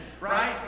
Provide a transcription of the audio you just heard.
right